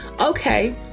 okay